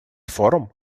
форум